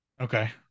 okay